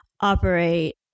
operate